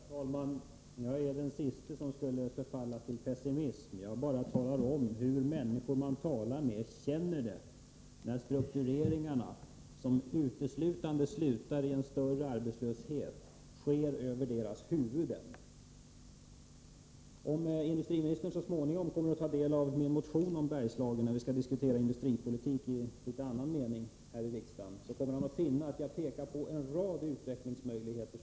Herr talman! Jag är den siste som skulle förfalla till pessimism. Jag ville bara förmedla vad människor som jag talat med känner när struktureringarna uteslutande resulterar i större arbetslöshet och sker över de enskilda människornas huvuden. Så småningom, när vi diskuterar industripolitik i vidare mening, kommer industriministern att få tillfälle att ta del av min motion om Bergslagen. Jag pekar där på en rad utvecklingsmöjligheter.